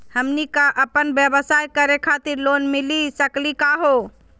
हमनी क अपन व्यवसाय करै खातिर लोन मिली सकली का हो?